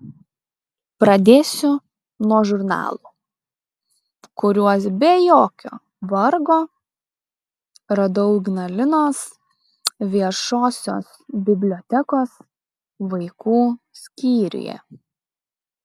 pradėsiu nuo žurnalų kuriuos be jokio vargo radau ignalinos viešosios bibliotekos vaikų skyriuje